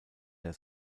der